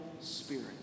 Spirit